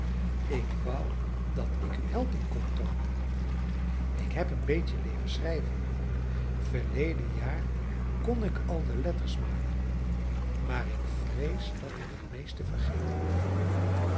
ik wou dat ik u helpen kon tom ik heb een beetje leeren schrijven verleden jaar kon ik al de letters maken maar ik vrees dat ik het meest vergeten ben